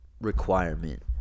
requirement